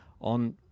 on